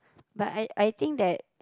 but I I think that